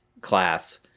class